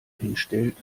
hinstellt